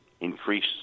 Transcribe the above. increase